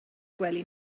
gwely